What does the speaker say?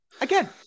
Again